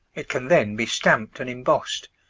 it can then be stamped and embossed,